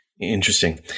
Interesting